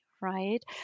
right